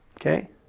Okay